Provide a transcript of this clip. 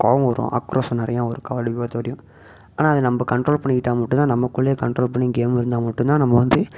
கோபம் வரும் ஆக்ரோஷம் நிறையா வரும் கபடி பொறுத்த வரையும் ஆனால் அது நம்ம கண்ட்ரோல் பண்ணிக்கிட்டால் மட்டும் தான் நம்மக்குள்ளையே கண்ட்ரோல் பண்ணி கேம்ல இருந்தால் மட்டும் தான் நம்ம வந்து